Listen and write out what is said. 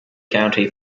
county